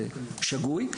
זה שגוי.